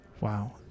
Wow